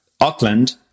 Auckland